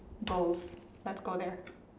goals let's go there